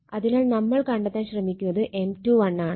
അതിനാൽ നമ്മൾ കണ്ടെത്താൻ ശ്രമിക്കുന്നത് M21 ആണ്